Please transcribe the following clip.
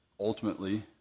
Ultimately